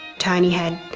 tony had,